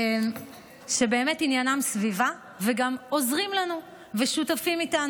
שבאמת עניינם סביבה וגם עוזרים לנו ושותפים לנו.